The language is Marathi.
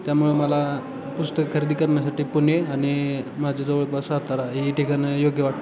त्यामुळे मला पुस्तक खरेदी करण्यासाठी पुणे आणि माझ्या जवळपास सातारा ही ठिकाणं योग्य वाटतात